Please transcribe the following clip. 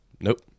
Nope